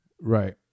Right